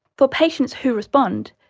for patients who respond,